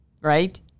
right